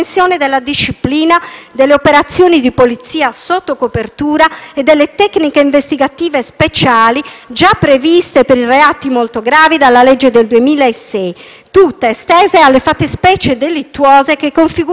delle operazioni di polizia sotto copertura e delle tecniche investigative speciali, già previste per i reati molto gravi dalla legge n. 146 del 2006, tutte estese alle fattispecie delittuose che configurano la corruzione.